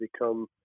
become